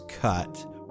cut